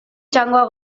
txangoak